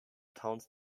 towns